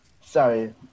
Sorry